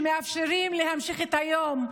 כשמאפשרים להמשיך את היום,